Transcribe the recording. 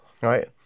right